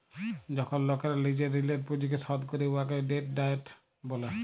যখল লকেরা লিজের ঋলের পুঁজিকে শধ ক্যরে উয়াকে ডেট ডায়েট ব্যলে